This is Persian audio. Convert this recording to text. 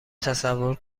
تصور